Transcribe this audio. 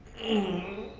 a